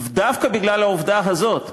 דווקא בגלל העובדה הזאת,